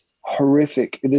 horrific